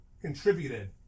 contributed